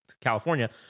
california